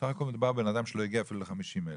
בסך הכול מדובר בבן אדם שלא הגיע אפילו ל-50,000